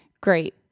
great